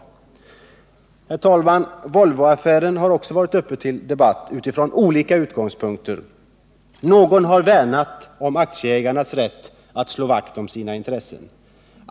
Herr talman! Volvoaffären har i dag debatterats utifrån olika utgångspunkter. Någon har värnat om aktieägarnas rätt att slå vakt om sina intressen.